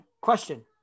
Question